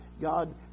God